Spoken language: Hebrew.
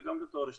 וגם בתואר שלישי,